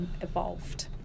evolved